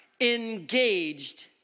engaged